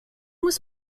was